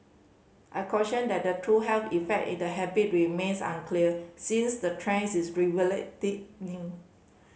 a cautioned that the true health effect the habit remains unclear since the trend is relatively new